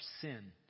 sin